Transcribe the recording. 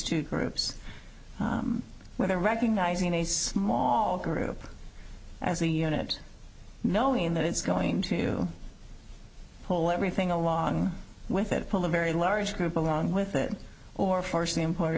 two groups whether recognizing a small group as a unit knowing that it's going to pull everything along with it pull a very large group along with it or force the employer